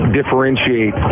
differentiate